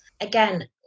again